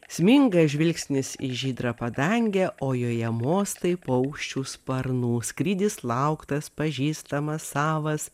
sminga žvilgsnis į žydrą padangę o joje mostai paukščių sparnų skrydis lauktas pažįstamas savas